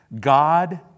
God